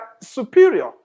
superior